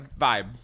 vibe